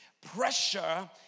Pressure